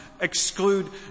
exclude